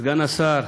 סגן השר,